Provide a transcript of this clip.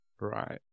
right